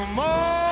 more